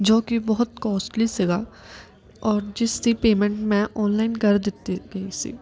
ਜੋ ਕਿ ਬਹੁਤ ਕੋਸਟਲੀ ਸੀਗਾ ਔਰ ਜਿਸ ਦੀ ਪੇਮੈਂਟ ਮੈਂ ਔਨਲਾਈਨ ਕਰ ਦਿੱਤੀ ਗਈ ਸੀ